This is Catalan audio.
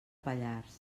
pallars